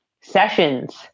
sessions